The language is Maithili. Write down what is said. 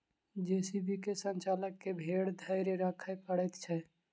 जे.सी.बी के संचालक के बड़ धैर्य राखय पड़ैत छै